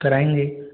कराएंगे